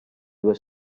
due